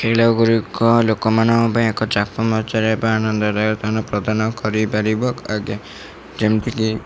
ଖେଳଗୁଡ଼ିକ ଲୋକମାନଙ୍କ ପାଇଁ ଏକ ଚାପ ବା ଆନନ୍ଦରେ ଆଦାନ ପ୍ରଦାନ କରିପାରିବ ଯେମିତିକି